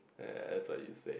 eh that's what you say